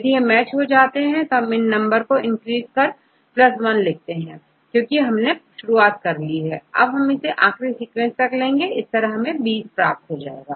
यदि यह मैच हो गए तो हम नंबर इंक्रीज कर1 लिखते हैं क्योंकि हमने शुरुआत कर ली है और इसे हम आखरी सीक्वेंस तक करेंगे इस तरह हमें20 प्राप्त हो जाएगा